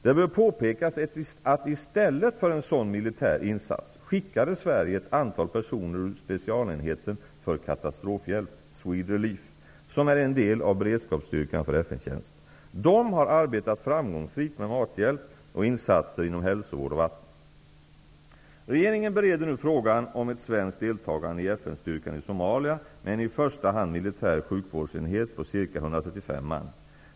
Det bör påpekas att i stället för en sådan militär insats skickade Sverige ett antal personer ur specialenheten för katastrofhjälp, FN-tjänst. De har arbetat framgångsrikt med mathjälp och insatser inom hälsovård och vatten. Regeringen bereder nu frågan om ett svenskt deltagande i FN-styrkan i Somalia med en i första hand militär sjukvårdsenhet på ca 135 man.